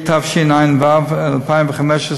התשע"ו 2015,